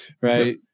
right